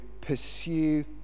pursue